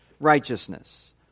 righteousness